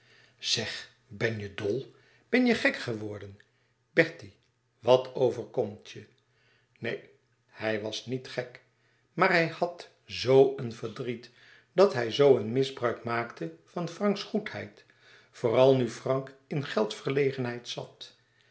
zeg ben je dol ben je gek geworden bertie wat overkomt je neen hij was niet gek maar hij had zoo een verdriet dat hij zoo een misbruik maakte van franks goedheid vooral nu frank in geldverlegenheid zat